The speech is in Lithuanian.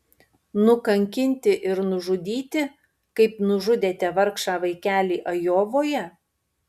nukankinti ir nužudyti kaip nužudėte vargšą vaikelį ajovoje